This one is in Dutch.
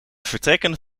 vertrekken